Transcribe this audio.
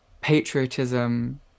patriotism